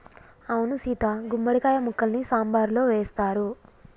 అవును సీత గుమ్మడి కాయ ముక్కల్ని సాంబారులో వేస్తారు